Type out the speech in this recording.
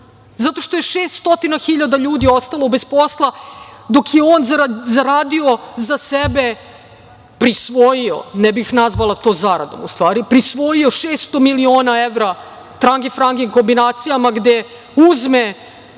zato što je 600 hiljada ljudi ostalo bez posla, dok je on zaradio za sebe, prisvojio, ne bih nazvala to zaradom, prisvojio 600 miliona evra, trange-frange kombinacijama, gde uzme